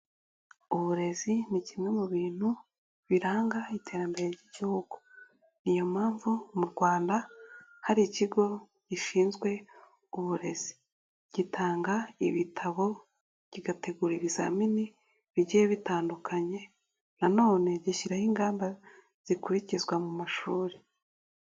Uburezi ni kimwe mu bintu biranga iterambere ry'igihugu, niyo mpamvu mu Rwanda hari ikigo gishinzwe uburezi, gitanga ibitabo, kigategura ibizamini bigiye bitandukanye, nanone gishyiraho ingamba zikurikizwa mu mashuri.